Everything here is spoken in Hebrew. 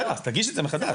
בסדר, אז תגיש את זה מחדש.